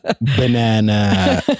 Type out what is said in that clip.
banana